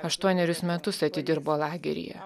aštuonerius metus atidirbo lageryje